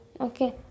okay